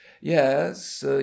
yes